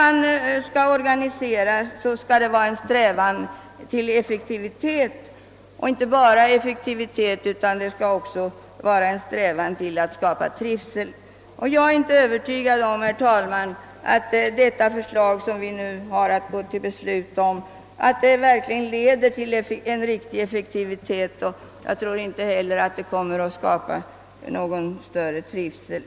Vid all omorganisering bör det vara en strävan att nå effektivitet men även att skapa trivsel. Jag är emellertid inte övertygad om att ett bifall till det förslag som vi nu skall besluta om verkligen skulle leda till effektivitet, lika litet som jag tror att det kommer att skapa någon större trivsel.